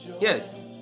yes